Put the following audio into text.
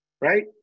right